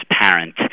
transparent